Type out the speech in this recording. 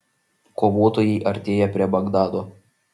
kovotojai artėja prie bagdado